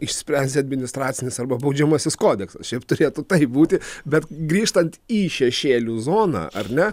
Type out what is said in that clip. išsprendžia administracinis arba baudžiamasis kodeksas šiaip turėtų taip būti bet grįžtant į šešėlių zoną ar ne